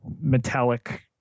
metallic